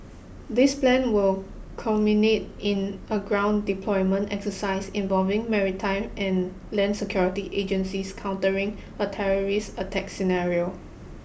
this plan will culminate in a ground deployment exercise involving maritime and land security agencies countering a terrorist attack scenario